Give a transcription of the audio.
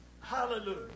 Hallelujah